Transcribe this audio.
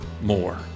more